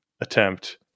attempt